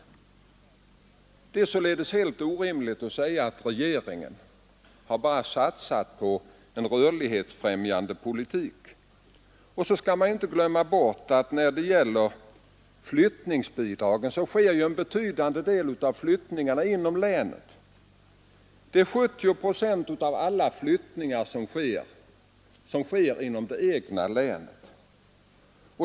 Det är således helt orimligt att säga att regeringen bara har satsat på en rörlighetsfrämjande politik. När det gäller flyttningsbidragen skall man inte glömma bort att en betydande del av flyttningarna sker inom länet. 70 procent av alla flyttningar sker inom det egna länet.